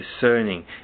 discerning